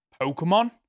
Pokemon